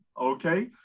Okay